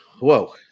whoa